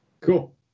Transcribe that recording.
Cool